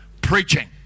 preaching